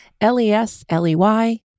L-E-S-L-E-Y